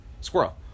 Squirrel